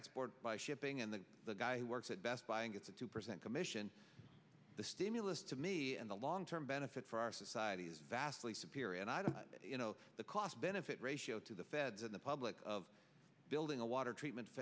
export by shipping and the the guy who works at best buy and gets a two percent commission the stimulus to me and the long term benefit for our society is vastly superior and i don't know the cost benefit ratio to the feds in the public of building a water treatment